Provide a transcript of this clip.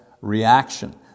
reaction